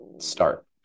start